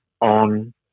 on